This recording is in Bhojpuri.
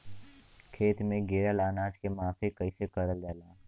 खेत में गिरल अनाज के माफ़ी कईसे करल जाला?